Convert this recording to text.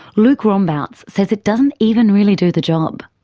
luk rombauts says it doesn't even really do the job.